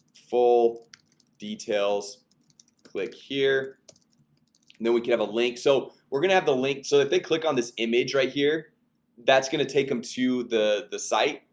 full details click here and then we can have a link, so we're gonna have the link so if they click on this image right here that's going to take them to the the site,